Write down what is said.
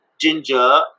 Ginger